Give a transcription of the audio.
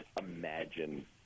imagine